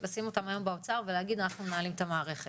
לשים אותם היום באוצר ולהגיד שאנחנו מנהלים את המערכת.